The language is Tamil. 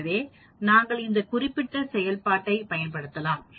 எனவே நாங்கள் இந்த குறிப்பிட்ட செயல்பாட்டைப் பயன்படுத்தலாம்